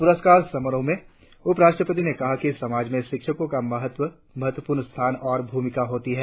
पुरस्कार समारोह में उपराष्ट्रपति ने कहा कि समाज में शिक्षकों का महत्वपूर्ण स्थान और भूमिका होती है